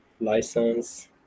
license